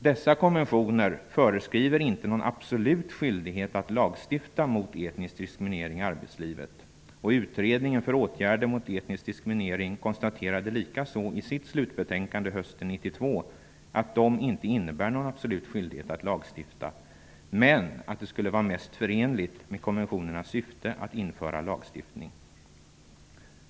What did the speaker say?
Dessa konventioner föreskriver inte någon absolut skyldighet att lagstifta mot etnisk diskriminering i arbetslivet, och utredningen om åtgärder mot etnisk diskriminering konstaterade likaså i sitt slutbetänkande hösten 1992 att konventionerna inte innebär någon absolut skyldighet att lagstifta men att det skulle vara mest förenligt med deras syfte att införa lagstiftning.